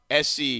SC